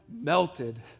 melted